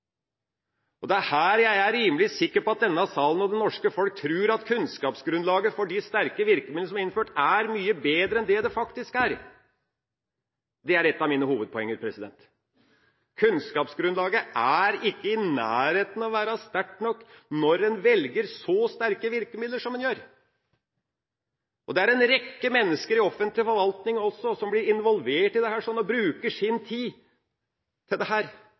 Det er her jeg er rimelig sikker på at denne salen og det norske folk tror at kunnskapsgrunnlaget for de sterke virkemidlene som er innført, er mye bedre enn det faktisk er. Det er et av mine hovedpoenger. Kunnskapsgrunnlaget er ikke i nærheten av å være sterkt nok når en velger så sterke virkemidler som en gjør. Og det er en rekke mennesker også i offentlig forvaltning som blir involvert i dette og bruker sin tid til det til ganske unytte. Det snakkes om tidstyver fra Høyres side. Ja, her